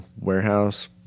warehouse